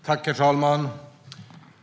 Svar på interpellationer Herr talman!